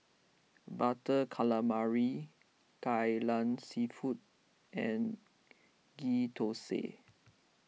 Butter Calamari Kai Lan Seafood and Ghee Thosai